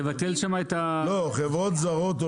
לגבי חברות זרות,